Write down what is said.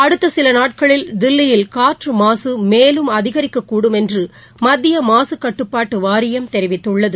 அடுத்தசிலநாட்களில் தில்லியில் காற்றுமாசுமேலும் அதிகரிக்ககூடும் என்றுமத்தியமாசுகட்டுப்பாடுவாரியம் தெரிவித்துள்ளது